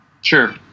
Sure